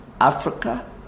Africa